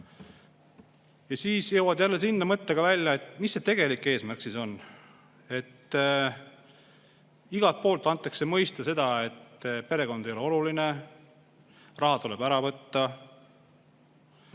Ja siis jõuad jälle sinna mõttega välja, et mis see tegelik eesmärk on. Igalt poolt antakse mõista seda, et perekond ei ole oluline. Raha tuleb ära võtta.